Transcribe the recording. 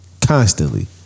constantly